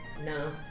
No